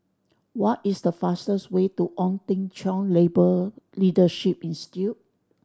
what is the fastest way to Ong Teng Cheong Labour Leadership Institute